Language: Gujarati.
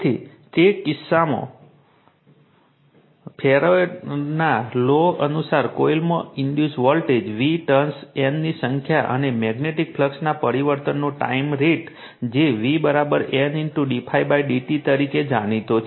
તેથી તે કિસ્સામાં ફેરાડેના લૉ અનુસાર કોઈલમાં induce voltage v turns N ની સંખ્યા અને મેગ્નેટિક ફ્લક્સના પરિવર્તનનો ટાઈમ રેટ જે v N d∅ dt તરીકે જાણીતો છે